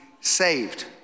saved